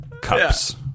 CUPS